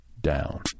Down